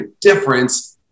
difference